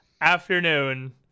afternoon